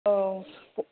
औ